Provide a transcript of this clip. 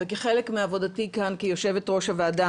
וכחלק מעבודתי כאן כיושבת-ראש הוועדה,